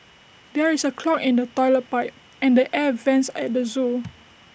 there is A clog in the Toilet Pipe and the air Vents at the Zoo